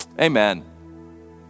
Amen